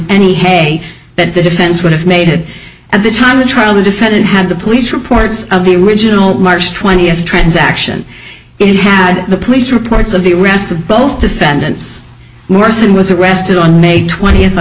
any hay that the defense would have made at the time of trial the defendant had the police reports of the regional march twentieth transaction it had the police reports of the rest of both defendants morrison was arrested on may twent